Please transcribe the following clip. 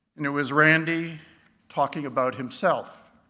and it was randy talking about himself.